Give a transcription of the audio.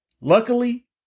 Luckily